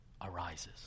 arises